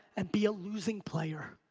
and be a losing player.